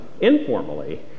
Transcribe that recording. informally